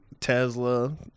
Tesla